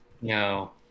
No